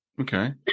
Okay